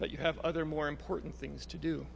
that you have other more important things to do